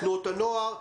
תנועות הנוער,